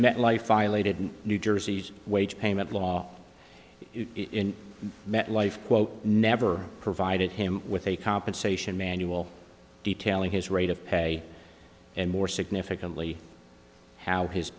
met life violated new jersey's wage payment law in met life quote never provided him with a compensation manual detailing his rate of pay and more significantly how his